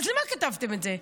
אז למה כתבתם את זה?